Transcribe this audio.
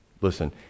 listen